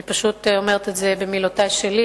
אני פשוט אומרת את זה במילותי שלי,